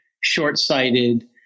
short-sighted